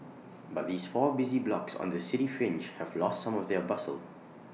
but these four busy blocks on the city fringe have lost some of their bustle